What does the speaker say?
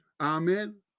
Amen